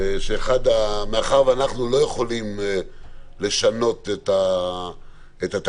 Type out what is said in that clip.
מאחר שאנחנו לא יכולים לשנות את התקנות,